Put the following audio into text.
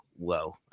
Whoa